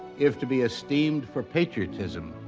if to be esteemed for patriotism,